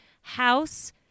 house